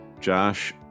Josh